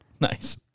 Nice